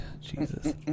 Jesus